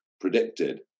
predicted